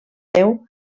déu